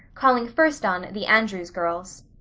calling first on the andrew girls.